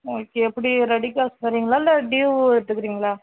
okay எப்படி ready cash தரீங்களா இல்லை டியூ எடுத்துக்கிறீங்களா